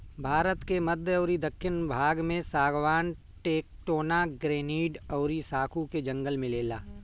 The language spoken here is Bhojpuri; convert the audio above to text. भारत के मध्य अउरी दखिन भाग में सागवान, टेक्टोना, ग्रैनीड अउरी साखू के जंगल मिलेला